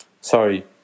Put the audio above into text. sorry